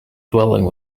dwelling